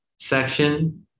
section